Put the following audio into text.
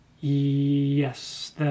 yes